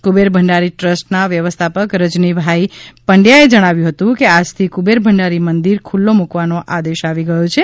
કુબેર ભંડારી ટ્રસ્ટના વ્યવસ્થાપક રજનીભાઈ પંડ્યાએ જણાવ્યું હતું કે આજથી કુબેર ભંડારી મંદિર ખુલ્લો મુકવાનો આદેશ આવી ગયો છે